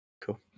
Cool